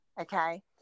Okay